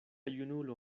junulo